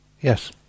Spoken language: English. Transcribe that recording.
Yes